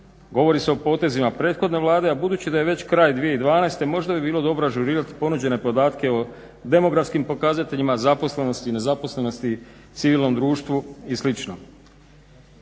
Govori se o potezima prethodne Vlade a budući da je već kraj 2012.možda bi bilo dobro ažurirati ponuđene podatke o demografskim pokazateljima zaposlenosti i nezaposlenosti civilnom društvu i sl.